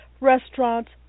restaurants